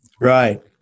Right